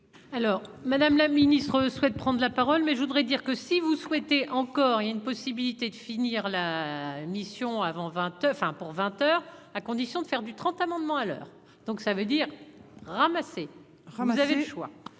Alors Madame la ministre souhaite prendre la parole, mais je voudrais dire que si vous souhaitez encore il y a une possibilité de finir la mission avant 20 pour 20 heures à condition de faire du trente amendements à l'heure, donc ça veut dire ramasser, vous avez le choix,